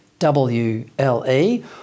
W-L-E